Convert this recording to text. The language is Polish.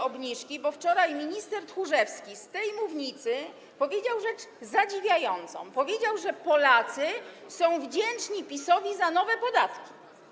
obniżki, bo wczoraj minister Tchórzewski z tej mównicy powiedział rzecz zadziwiającą, powiedział, że Polacy są wdzięczni PiS-owi za nowe podatki.